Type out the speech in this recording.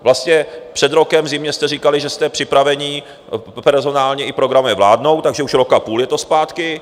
Vlastně před rokem v zimě jste říkali, že jste připraveni personálně i programově vládnout, takže už rok a půl je to zpátky.